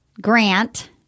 Grant